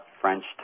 French